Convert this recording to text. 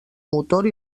motor